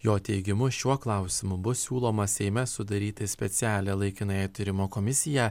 jo teigimu šiuo klausimu bus siūloma seime sudaryti specialią laikinąją tyrimo komisiją